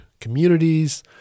communities